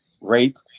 rape